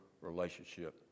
relationship